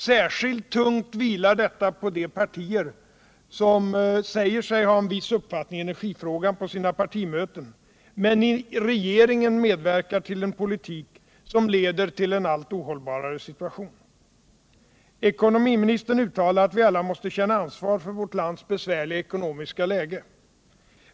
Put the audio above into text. Särskilt tungt vilar detta på de partier som säger sig ha en viss uppfattning i energifrågan på sina partimöten men i regeringen medverkar till en politik som leder till en allt ohållbarare situation. Ekonomiministern uttalar att vi alla måste känna ansvar för vårt lands besvärliga ekonomiska läge.